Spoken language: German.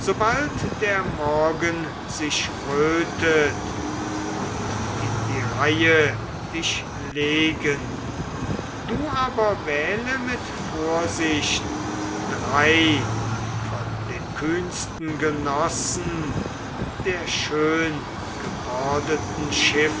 sobald der morgen sich rötet und in die reihe dich legen du aber wähle mit vorsicht drei von den kühnsten genossen der schöngebordeten